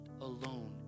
alone